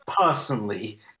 personally